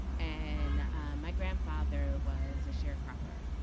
and my grandfather was a sharecropper.